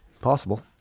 Possible